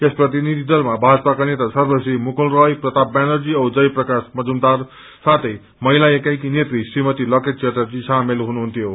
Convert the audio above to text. यस प्रतिनिधि दलमा भाजपाका नेता सर्वश्री मुकुल राय प्रताप व्यानर्जी औ जय प्रकाश मजुमदार साथै महिला एकाईकी नेत्री श्रीमती लकेट च्याटर्जी सामेल हुनुहुन्थ्यो